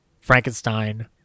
Frankenstein